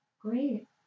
Great